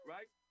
Right